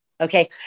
Okay